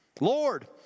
Lord